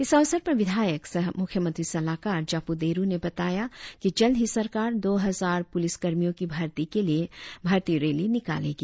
इस अवसर पर विधायक सह मुख्यमंत्री सलाहकार जापू देरु ने बताया कि जल्द ही सरकार दो हजार पुलिस कर्मियों की भर्ती के लिए भर्ती रैली निकालेगी